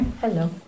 Hello